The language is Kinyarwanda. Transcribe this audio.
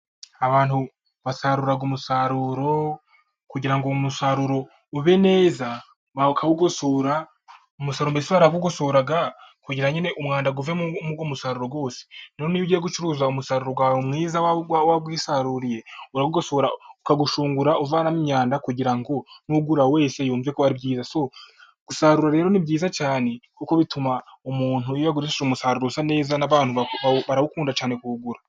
Abantu basarura umusaruro, kugira ngo umusaruro ube neza bakawugosora, umusaro mbese barawugoso kugira umwanda uve mu musaruro wose, noneho ugiye gucuruza umusaruro wawe mwiza wa wisaruriye ukawushungura uvanamo imyanda kugira ngo ugura wese yumve ko ari byiza gusaruro, rero ni byiza cyane kuko bituma umuntu iyo agurisha umusaruro usa neza barawukunda cyane kuwugura.